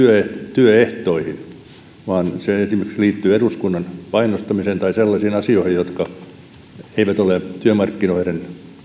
työehtoihin vaan esimerkiksi eduskunnan painostamiseen tai sellaisiin asioihin jotka eivät ole työmarkkinoiden